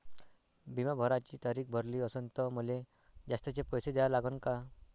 बिमा भराची तारीख भरली असनं त मले जास्तचे पैसे द्या लागन का?